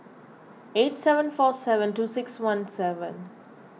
eight seven four seven two six one seven